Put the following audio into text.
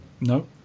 No